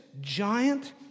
giant